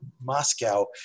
Moscow